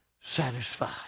satisfied